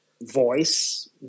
voice